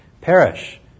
perish